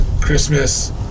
Christmas